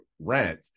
rent